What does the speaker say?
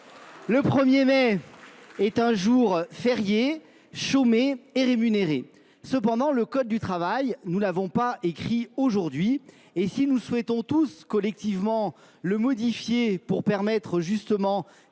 Le 1er mai est un jour férié, chômé et rémunéré. Cependant, le Code du travail, nous ne l'avons pas écrit aujourd'hui et si nous souhaitons tous collectivement le modifier pour permettre justement